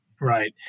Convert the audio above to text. Right